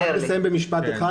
אסיים במשפט אחד.